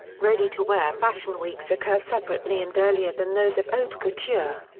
ready-to-wear fashion weeks occur separately and earlier than those of haute couture.